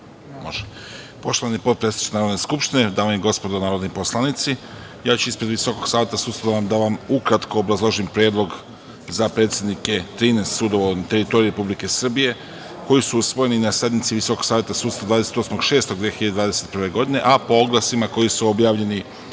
Poštovani potpredsedniče Narodne skupštine, dame i gospodo narodni poslanici, ja ću ispred Visokog saveta sudstva ukratko da vam obrazložim predlog za predsednike 13 sudova na teritoriji Republike Srbije, koji su usvojeni na sednici Visokog saveta sudstva 28. 6. 2021. godine, a po oglasima koji su objavljeni